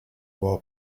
war